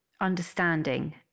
understanding